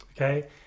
Okay